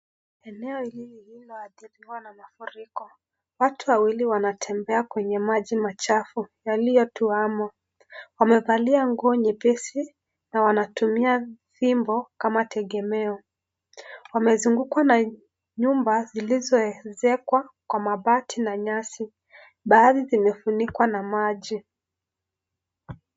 Eneo hili lililoathiriwa na mafuriko. Watu wawili wanatembea kwenye maji machafu yaliyotwamo. Wamevalia nguo nyepesi na wanatumia fimbo kama tegemeo. Wamezungukwa na nyumba zilizojengwa kwa mabati na nyasi. Baadhi zimefunikwa na maji.